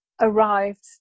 arrived